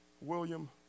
William